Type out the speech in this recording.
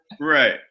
Right